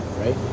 right